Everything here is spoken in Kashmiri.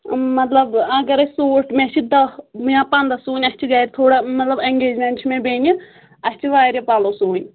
مطلب اگر أسۍ سوٗٹ مےٚ چھِ دہ یا پَنٛداہ سُوٕنۍ اَسہِ چھِ گَرِ تھوڑا مطلب اٮ۪نگیجمینٹ چھِ مےٚ بیٚنہٕ اَسہِ چھِ واریاہ پَلو سُوٕنۍ